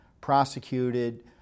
prosecuted